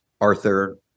Arthur